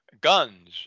guns